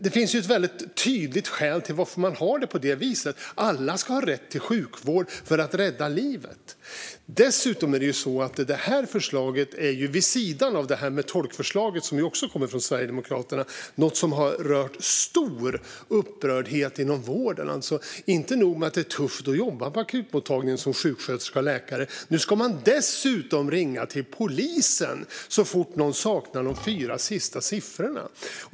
Det finns ett väldigt tydligt skäl till att man har det på det viset. Alla ska ha rätt till sjukvård för att rädda livet. Dessutom är detta förslag, vid sidan av tolkförslaget som också kommer från Sverigedemokraterna, något som har skapat stor upprördhet inom vården. Det är inte nog med att det är tufft att jobba på akutmottagningen som sjuksköterska och läkare. Nu ska de dessutom ringa till polisen så fort någon saknar de fyra sista siffrorna.